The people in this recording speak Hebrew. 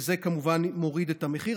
זה כמובן מוריד את המחיר.